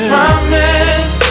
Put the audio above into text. Promise